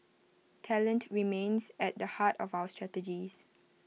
talent remains at the heart of our strategies